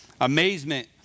Amazement